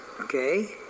Okay